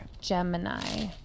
Gemini